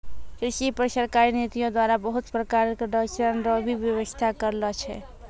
कृषि पर सरकारी नीतियो द्वारा बहुत प्रकार रो ऋण रो भी वेवस्था करलो छै